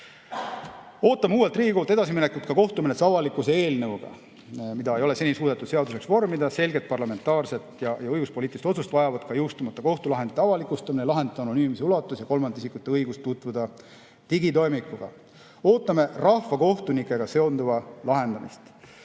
Ootame uuelt Riigikogult edasiminekut ka kohtumenetluse avalikkuse eelnõuga, mida ei ole seni suudetud seaduseks vormida. Selget parlamentaarset ja õiguspoliitilist otsust vajavad ka jõustumata kohtulahendite avalikustamine, lahendite anonüümimise ulatus ja kolmandate isikute õigus tutvuda digitoimikuga. Ootame rahvakohtunikega seonduva lahendamist.